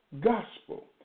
gospel